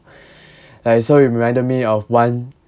I saw you reminded me of one